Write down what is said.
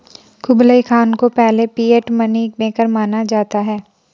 Kublai Khan को पहले fiat money maker माना जाता है